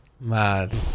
mad